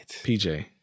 PJ